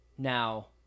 Now